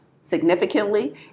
significantly